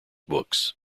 books